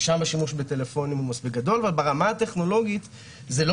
ששם השימוש בטלפונים הוא גדול אבל ברמה הטכנולוגית זה לא